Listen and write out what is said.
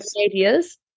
ideas